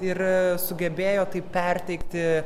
ir sugebėjo taip perteikti